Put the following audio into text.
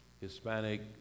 Hispanic